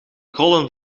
krollen